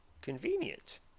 convenient